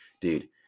Dude